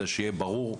זה שיהיה ברור,